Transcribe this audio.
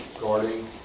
guarding